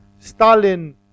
Stalin